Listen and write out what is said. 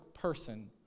person